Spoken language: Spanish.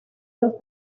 los